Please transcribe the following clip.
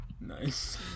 Nice